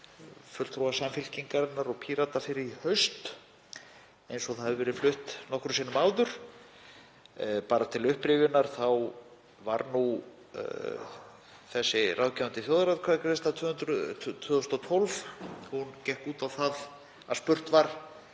fulltrúa Samfylkingarinnar og Pírata fyrr í haust eins og það hefur verið flutt nokkrum sinnum áður. Bara til upprifjunar var þessi ráðgefandi þjóðaratkvæðagreiðsla árið 2012. Hún gekk út á það að spurt var